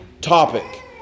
topic